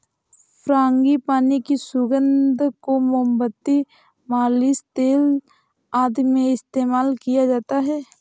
frangipani की सुगंध को मोमबत्ती, मालिश तेल आदि में इस्तेमाल किया जाता है